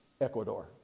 Ecuador